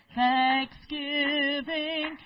thanksgiving